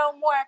more